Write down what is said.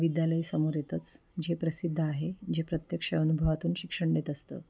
विद्यालय समोर येतंच जे प्रसिद्ध आहे जे प्रत्यक्ष अनुभवातून शिक्षण देत असतं